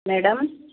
madam